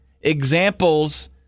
examples